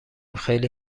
خیلی